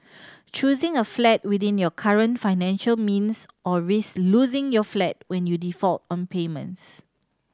choosing a flat within your current financial means or risk losing your flat when you default on payments